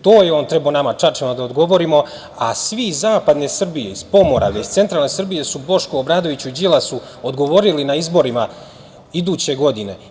To je on trebao nama, Čačanima da odgovori a svi iz zapadne Srbije, iz Pomoravlja, iz centralne Srbije su Bošku Obradoviću, Đilasu odgovorili na izborima iduće godine.